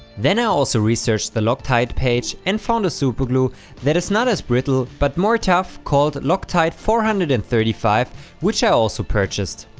then i also researched the loctite page and found a superglue that is not as brittle but more tough, called loctite four hundred and thirty five which i also purchased.